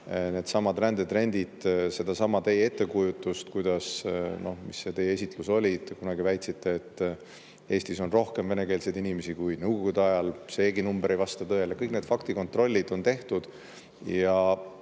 needsamad rändetrendid sedasama teie ettekujutust, kuidas … No mis see teie esitlus oli, te kunagi väitsite, et Eestis on rohkem venekeelseid inimesi kui nõukogude ajal – seegi number ei vasta tõele. Kõik need faktikontrollid on tehtud ja